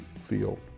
field